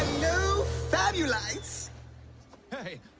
oh fabulous hey,